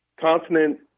continent